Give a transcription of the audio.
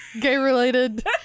gay-related